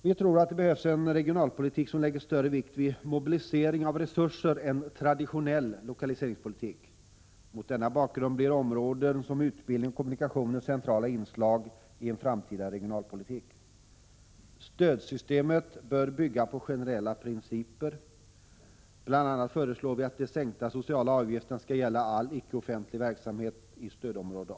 Vi tror att det behövs en regionalpolitik som lägger större vikt vid mobilisering av resurser än traditionell lokaliseringspolitik. Mot denna bakgrund blir områden som utbildning och kommunikationer centrala inslag i en framtida regionalpolitik. Stödsystemet bör enligt vår mening bygga på generella principer. Bl. a. föreslås att de sänkta sociala avgifterna skall gälla all icke offentlig verksamhet i stödområde A.